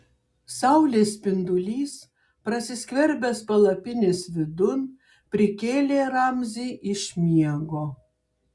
saulės spindulys prasiskverbęs palapinės vidun prikėlė ramzį iš miego